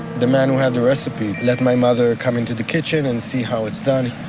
the man who had the recipe let my mother come into the kitchen and see how it's done.